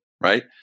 right